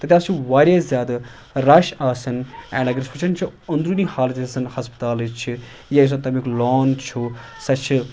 تَتہِ حظ چھُ واریاہ زیادٕ رَش آسان اینڈ اگر أسۍ وٕچھان چھِ انٛدروٗنی حالت یۄس زن ہسپتالٕچ چھِ یا یُۄس زن تَمیُٚک لان چھُ سۄ چھِ